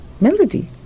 Melody